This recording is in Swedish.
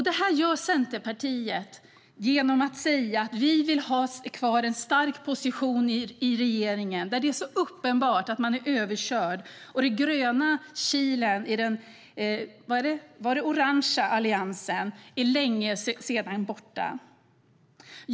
Det här gör Centerpartiet genom att säga att man vill ha kvar en stark position i regeringen, när det är så uppenbart att man är överkörd. Den gröna kilen i den orange Alliansen är för länge sedan borta.